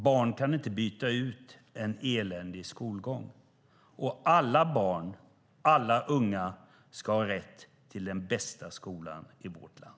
Barn kan inte byta ut en eländig skolgång, och alla barn och unga ska ha rätt till den bästa skolan i vårt land.